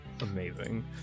Amazing